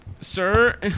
Sir